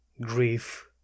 Grief